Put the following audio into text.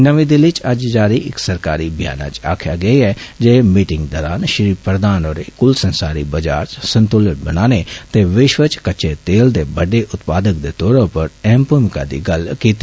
नमीं दिल्ली च अज्ज जारी इक सरकारी ब्यानै च आक्खेआ गेआ ऐ जे मीटिंग दौरान श्री प्रधान होरें कुल संसारी कजार च संतुलन बनाने ते विष्व च कच्चे तेल दे बड्डे उत्पादक दे तौरा पर अहम भूमिका दी गल्ल कीती